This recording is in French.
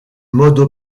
modes